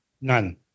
None